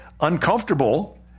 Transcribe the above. uncomfortable